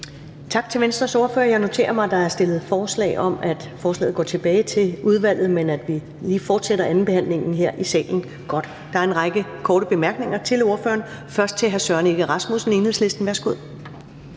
Tak til Venstres ordfører. Jeg noterer mig, at der er stillet forslag om, at forslaget går tilbage til udvalget, men at vi lige fortsætter andenbehandlingen her i salen. Der er en række korte bemærkninger til ordføreren. Den første er fra hr. Søren Egge Rasmussen, Enhedslisten. Værsgo.